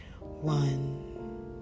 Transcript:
One